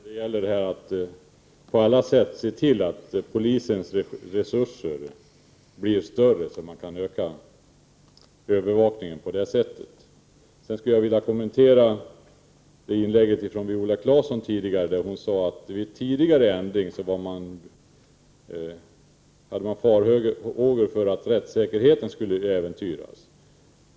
Fru talman! Jag menar självfallet att det här på alla sätt gäller att se till att polisens resurser blir större, så att man på det sättet kan öka övervakningen. Sedan skulle jag vilja kommentera Viola Claessons inlägg. Hon sade att man vid tidigare ändringar hade farhågor för att rättssäkerheten skulle äventyras.